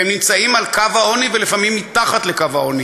והם נמצאים על קו העוני ולפעמים מתחת לקו העוני.